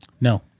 No